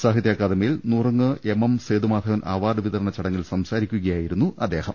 സാഹിത്യഅക്കാദമി യിൽ നുറുങ്ങ് M M Sethumadhavan award വിത രണ ചടങ്ങിൽ സംസാരിക്കുകയായിരുന്നു അദ്ദേഹം